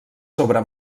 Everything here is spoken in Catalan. sobre